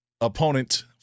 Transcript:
opponent